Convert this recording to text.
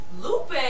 Lupe